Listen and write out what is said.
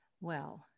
Well-